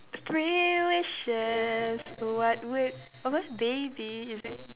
three wishes what would apa they be is it